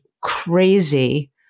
crazy